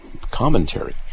commentary